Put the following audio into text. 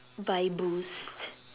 buy boost